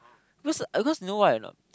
because because you know why a not